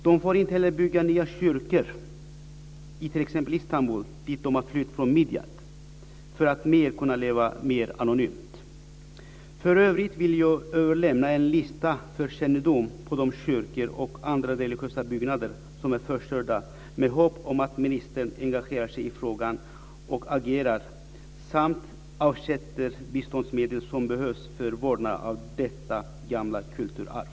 De får inte heller bygga nya kyrkor i t.ex. Istanbul dit de har flytt från Midiyat för att kunna leva mer anonymt. För övrigt vill jag överlämna en lista för kännedom på de kyrkor och andra religiösa byggnader som är förstörda med hopp om att ministern engagerar sig i frågan och agerar samt avsätter biståndsmedel som behövs för vård av detta gamla kulturarv.